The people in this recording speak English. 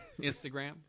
instagram